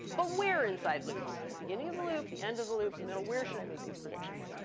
but where inside loops? the beginning of the loop, the end of the loop, the middle? where should i make these predictions?